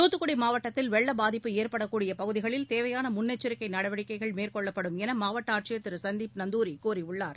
தூத்துக்குடி மாவட்டத்தில் வெள்ள பாதிப்பு ஏற்படக்கூடிய பகுதிகளில் தேவையான முன்னெச்சிக்கை நடவடிக்கைகள் மேற்கொள்ளப்படும் என மாவட்ட ஆட்சியர் திரு சந்தீப் நந்துரி கூறியுள்ளார்